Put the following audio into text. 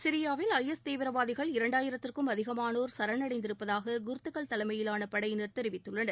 சிரியாவில் I S தீவிரவாதிகள் இரண்டாயிரத்துக்கும் அதிகமானோா் சரணடைந்திருப்பதாக குர்துகள் தலைமையிலான படையினர் தெரிவித்துள்ளனர்